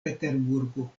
peterburgo